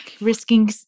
risking